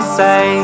say